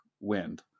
wind